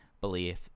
belief